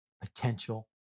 potential